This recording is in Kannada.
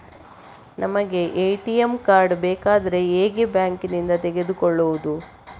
ನಮಗೆ ಎ.ಟಿ.ಎಂ ಕಾರ್ಡ್ ಬೇಕಾದ್ರೆ ಹೇಗೆ ಬ್ಯಾಂಕ್ ನಿಂದ ತೆಗೆದುಕೊಳ್ಳುವುದು?